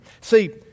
See